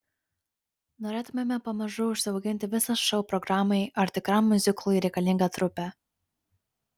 norėtumėme pamažu užsiauginti visą šou programai ar tikram miuziklui reikalingą trupę